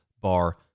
bar